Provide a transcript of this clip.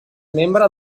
membre